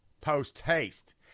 post-haste